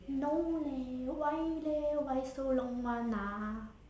no leh why leh why so long [one] ah